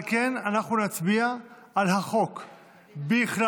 על כן, אנחנו נצביע על החוק בכללותו,